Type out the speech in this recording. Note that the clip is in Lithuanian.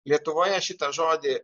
lietuvoje šitą žodį